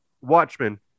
Watchmen